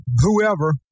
whoever